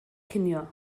cinio